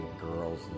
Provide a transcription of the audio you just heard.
girls